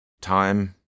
Time